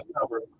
cover